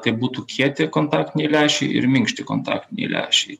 tai būtų kieti kontaktiniai lęšiai ir minkšti kontaktiniai lęšiai